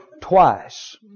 twice